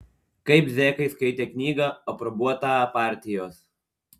kaip zekai skaitė knygą aprobuotą partijos